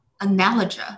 analogy